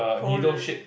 hole